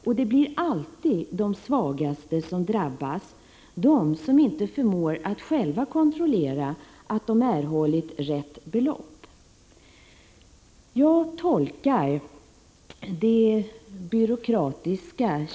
Och det blir alltid de svagaste som drabbas, de som inte förmår att själva kontrollera att de erhållit rätt belopp.